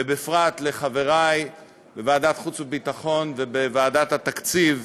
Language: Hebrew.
ובפרט לחברי בוועדת החוץ והביטחון ובוועדת התקציב: